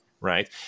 Right